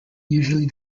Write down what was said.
usually